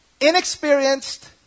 inexperienced